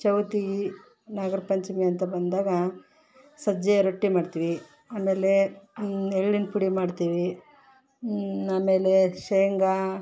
ಚೌತಿ ನಾಗರ ಪಂಚಮಿ ಅಂತ ಬಂದಾಗ ಸಜ್ಜೆ ರೊಟ್ಟಿ ಮಾಡ್ತೀವಿ ಆಮೇಲೆ ಎಳ್ಳಿನ ಪುಡಿ ಮಾಡ್ತೀವಿ ಆಮೇಲೆ ಶೇಂಗಾ